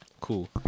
cool